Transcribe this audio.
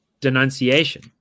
denunciation